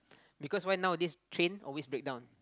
because why nowadays train always break down